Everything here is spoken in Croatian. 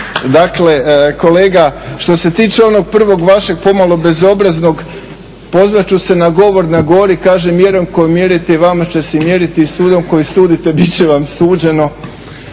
Dakle kolega, što se tiče onog prvog vašeg pomalo bezobraznog pozvat ću se na govor na gori. Kaže mjerom kojom mjerite i vama će se mjeriti i sudom kojim sudite bit će vam suđeno,